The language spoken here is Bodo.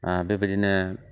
बेबादिनो